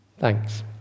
Thanks